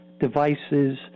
devices